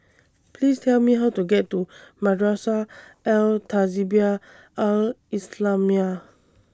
Please Tell Me How to get to Madrasah Al Tahzibiah Al Islamiah